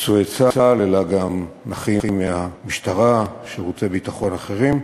פצועי צה"ל אלא גם של נכים מהמשטרה ומשירותי ביטחון אחרים.